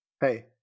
Hey